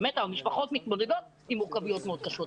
המשפחות מתמודדות עם מורכבויות קשות מאוד.